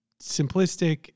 simplistic